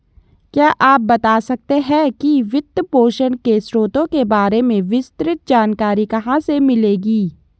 क्या आप बता सकते है कि वित्तपोषण के स्रोतों के बारे में विस्तृत जानकारी कहाँ से मिलेगी?